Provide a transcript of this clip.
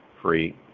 free